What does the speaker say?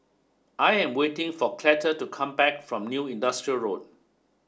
I am waiting for Cleta to come back from New Industrial Road